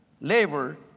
labor